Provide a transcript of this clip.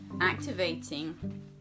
activating